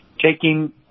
taking